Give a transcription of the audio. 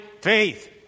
faith